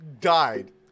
Died